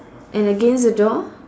and against the door